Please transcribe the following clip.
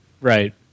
Right